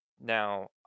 Now